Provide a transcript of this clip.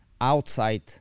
outside